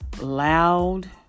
loud